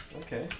Okay